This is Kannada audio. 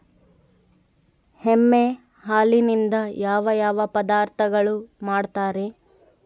ಎಮ್ಮೆ ಹಾಲಿನಿಂದ ಯಾವ ಯಾವ ಪದಾರ್ಥಗಳು ಮಾಡ್ತಾರೆ?